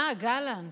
אה, גלנט.